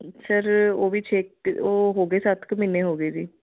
sir ਉਹ ਵੀ ਛੇ ਉਹ ਹੋ ਗਏ ਸੱਤ ਕੁ ਮਹੀਨੇ ਹੋ ਗਏ ਜੀ